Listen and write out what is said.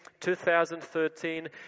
2013